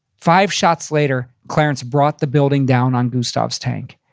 five shots later, clarence brought the building down on gustav's tank.